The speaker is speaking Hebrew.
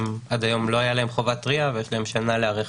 עד היום לא הייתה להם חובת RIA ויש להם שנה להיערך